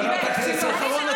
כי בתקציב האחרון,